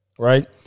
Right